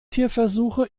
tierversuche